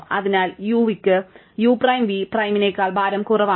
അതിനാൽ uവിക്ക് u prime v പ്രൈമിനേക്കാൾ ഭാരം കുറവാണ്